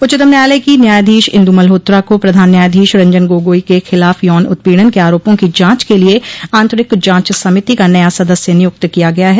उच्चतम न्यायालय की न्यायाधीश इन्दु मल्होत्रा को प्रधान न्यायाधीश रंजन गोगोई के खिलाफ यौन उत्पीड़न के आरोपों की जांच के लिए आंतरिक जांच समिति का नया सदस्य नियुक्त किया गया है